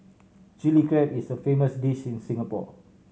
Chilli Crab is a famous dish in Singapore